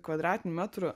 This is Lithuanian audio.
kvadratinių metrų